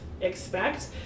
expect